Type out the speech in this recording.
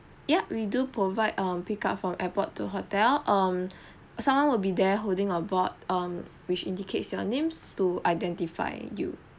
yup we do provide err pick up from airport to hotel um someone will be there holding a board um which indicates your names to identify you